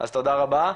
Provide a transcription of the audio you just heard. אז תודה רבה.